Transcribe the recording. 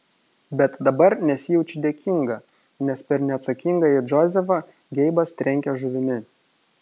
bet dabar nesijaučiu dėkinga nes per neatsakingąjį džozefą geibas trenkia žuvimi